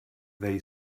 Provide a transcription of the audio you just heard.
they